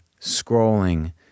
scrolling